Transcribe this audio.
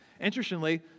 Interestingly